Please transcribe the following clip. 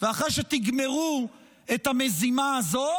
ואחרי שתגמרו את המזימה הזו